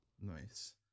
Nice